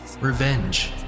revenge